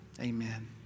Amen